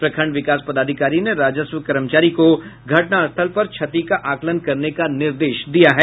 प्रखंड विकास पदाधिकारी ने राजस्व कर्मचारी को घटनास्थल पर क्षति का आकलन करने का निर्देश दिया है